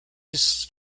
his